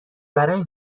برای